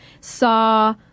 saw